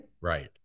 Right